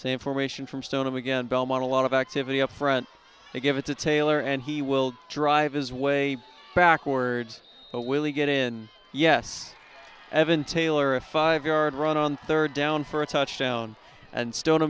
information from stoneham again belmont a lot of activity up front they give it to taylor and he will drive his way backwards so will he get in yes evan taylor a five yard run on third down for a touchdown and stone